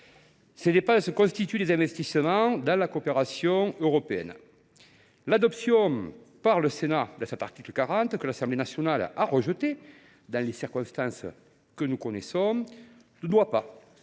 Ces dépenses constituent des investissements dans la coopération européenne. L’adoption par le Sénat de cet article 40, que l’Assemblée nationale a rejeté dans les circonstances que l’on sait, ne doit pas